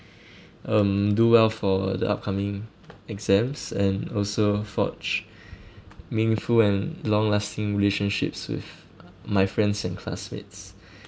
um do well for the upcoming exams and also forge meaningful and long lasting relationships with my friends and classmates